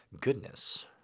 Goodness